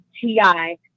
Ti